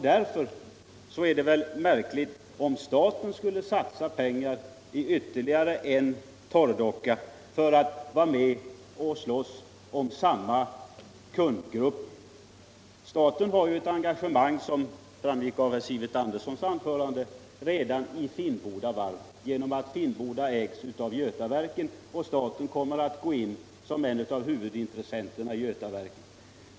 Därför är det märkligt om staten skulle satsa pengar i ytterligare en torrdocka för att vara med och slåss om samma kundgrupp. Staten har redan et engagemang, såsom framgick av Sivert Anderssons anförande, i Finnboda varv - genom att Finnboda ägs av Götaverken och staten kommer att gå in som en av huvudintressenterna i Götaverken.